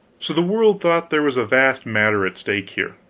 so the world thought there was a vast matter at stake here,